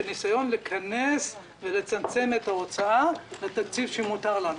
בניסיון לכנס ולצמצם את ההוצאה לתקציב שמותר לנו.